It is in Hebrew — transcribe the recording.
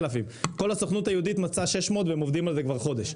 כל הסוכנות היהודית מצאה 600 והם עובדים על זה כבר חודש.